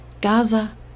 Gaza